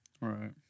Right